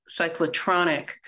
cyclotronic